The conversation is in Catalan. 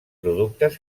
productes